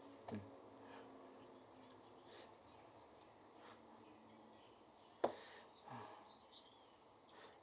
mm